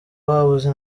babuze